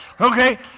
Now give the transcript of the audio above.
okay